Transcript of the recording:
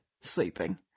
sleeping